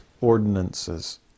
Ordinances